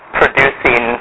producing